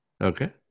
okay